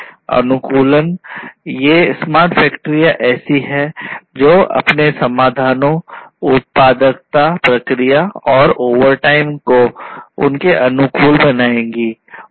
अनुकूलन ये स्मार्ट फैक्ट्रियां ऐसी हैं जो अपने समाधानों उत्पादकता प्रक्रियाएं और ओवरटाइम को उनके अनुकूल बनाएंगी